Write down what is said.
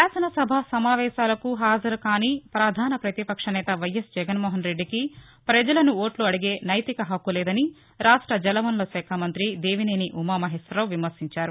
శాసన సభ సమావేశాలకు హాజరు కాని ప్రధాన ప్రతిపక్ష నేత వైఎస్ జగన్ మోహన్ రెడ్డికి ప్రపజలను ఓట్లు అడిగే నైతిక హక్కు లేదని రాష్ష జల వనరుల శాఖ మంతి దేవినేని ఉమ మహేశ్వరరావు విమర్నించారు